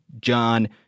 John